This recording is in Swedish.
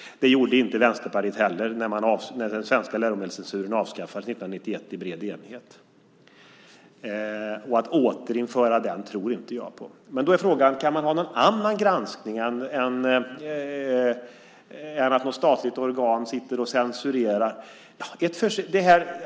Det gjorde inte Vänsterpartiet heller när den svenska läromedelscensuren avskaffades i bred enighet 1991. Att återinföra den tror jag inte på. Frågan är: Kan man ha någon annan granskning än ett statligt organ som censurerar?